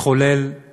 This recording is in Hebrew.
שהתחולל